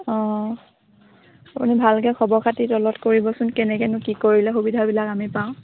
অঁ আপুনি ভালকৈ খবৰ খাতি তলত কৰিবচোন কেনেকেনো কি কৰিলে সুবিধাবিলাক আমি পাওঁ